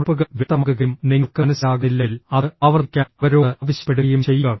കുറിപ്പുകൾ വ്യക്തമാകുകയും നിങ്ങൾക്ക് മനസ്സിലാകുന്നില്ലെങ്കിൽ അത് ആവർത്തിക്കാൻ അവരോട് ആവശ്യപ്പെടുകയും ചെയ്യുക